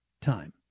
time